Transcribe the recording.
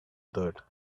dirt